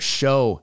show